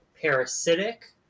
parasitic